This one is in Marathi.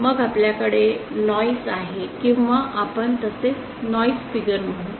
मग आपल्याकडे नॉईस आहे किंवा आपण तसेच नॉईस फिगर म्हणू